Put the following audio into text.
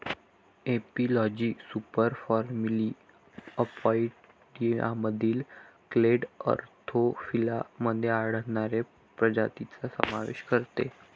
एपिलॉजी सुपरफॅमिली अपोइडियामधील clade Anthophila मध्ये आढळणाऱ्या प्रजातींचा समावेश करते